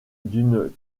d’une